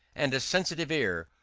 and a sensitive ear,